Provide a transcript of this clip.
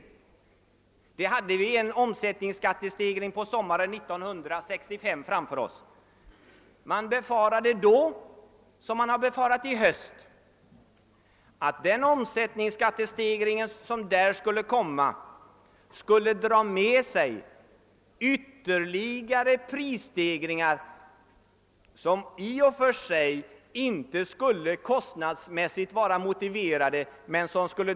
1965 liksom i höstas befarade man att omsättningsskattestegringen skulle "i sitt kölvatten dra med sig ytterligare prisstegringar, vilka i och för sig inte skulle kosthådsmässigt vara motiverade.